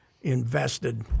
invested